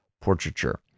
portraiture